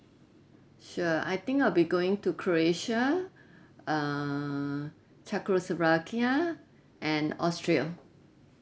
sure I think I'll be going to croatia err czechoslovakia and austria